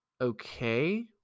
okay